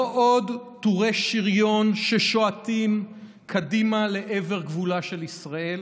לא עוד טורי שריון ששועטים קדימה לעבר גבולה של ישראל